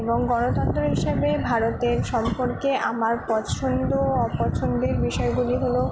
এবং গণতন্ত্র হিসাবে ভারতের সম্পর্কে আমার পছন্দ ও অপছন্দের বিষয়গুলি হল